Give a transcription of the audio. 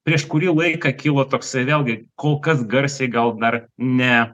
prieš kurį laiką kilo toksai vėlgi kol kas garsiai gal dar ne